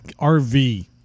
RV